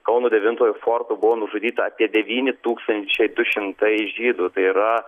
kauno devintojo forto buvo nužudyta apie devyni tūkstančiai du šimtai žydų tai yra